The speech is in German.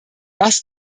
das